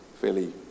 fairly